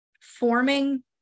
forming